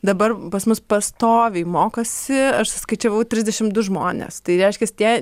dabar pas mus pastoviai mokosi aš suskaičiavau trisdešimt du žmones tai reiškias tie